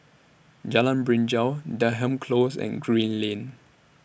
Jalan Binjai Denham Close and Green Lane